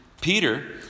Peter